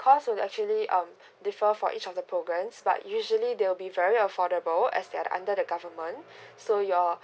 cost will actually um defer for each of the progress like usually they'll be very affordable as they are under the government so your